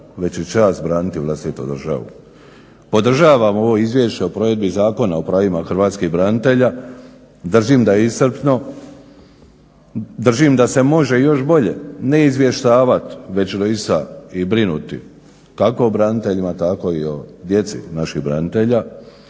već je čast braniti vlastitu državu. Podržavam ovo Izvješće o provedbi zakona o prvima hrvatskih branitelja, držim da je iscrpno, držim da se može još bolje, ne izvještavat već doista i brinuti kako o braniteljima tako i o djeci naših branitelja.